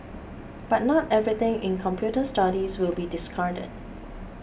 but not everything in computer studies will be discarded